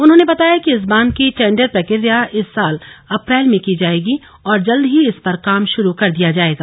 उन्होंने बताया कि इस बांध की टेंडर प्रक्रिया इस साल अप्रैल में की जायेगी और जल्द ही इस पर काम शुरू कर दिया जाएगा